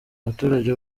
abaturage